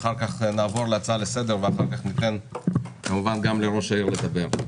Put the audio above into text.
נעבור להצעות לסדר ואחר כך ניתן כמובן גם לראש העירייה לדבר.